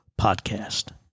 Podcast